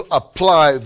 apply